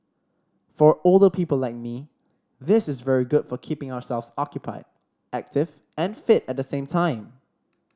for older people like me this is very good for keeping ourselves occupied active and fit at the same time